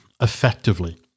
effectively